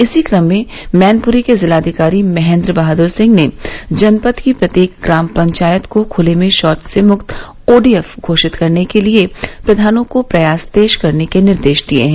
इसी कम में मैनपूरी के जिलाधिकारी महेंद्र बहादुर सिंह ने जनपद की प्रत्येक ग्राम पंचायत को खुले में शौच से मुक्त ओडीएफ घोषित करने के लिए प्रधानों को प्रयास तेज करने के निर्देश दिए हैं